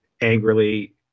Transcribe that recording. angrily